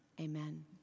Amen